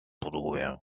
buduję